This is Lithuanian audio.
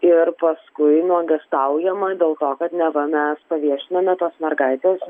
ir paskui nuogąstaujama dėl to kad neva mes paviešinome tos mergaitės